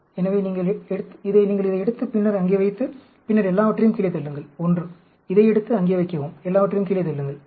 எனவே நீங்கள் இதை எடுத்து பின்னர் அங்கே வைத்து பின்னர் எல்லாவற்றையும் கீழே தள்ளுங்கள் 1 இதை எடுத்து அங்கே வைக்கவும் எல்லாவற்றையும் கீழே தள்ளுங்கள் 1